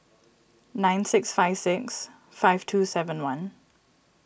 nine six five six five two seven one